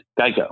Geico